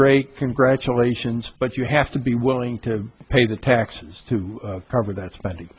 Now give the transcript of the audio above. great congratulations but you have to be willing to pay the taxes to cover that spending